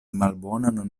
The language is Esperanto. malbonan